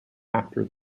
after